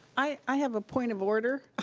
i have a point of order.